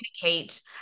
communicate